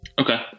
Okay